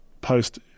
post